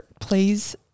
please